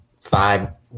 five –